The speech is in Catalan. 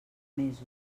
mesos